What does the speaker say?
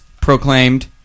proclaimed